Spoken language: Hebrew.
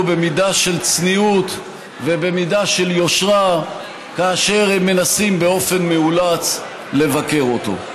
במידה של צניעות ובמידה של יושרה כאשר הם מנסים באופן מאולץ לבקר אותו.